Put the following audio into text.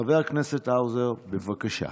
חבר הכנסת האוזר, בבקשה.